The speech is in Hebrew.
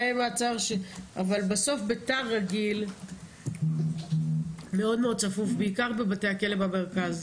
אבל בסוף בתא רגיל מאוד צפוף בעיקר בבתי הכלא במרכז.